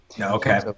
okay